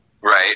Right